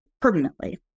Permanently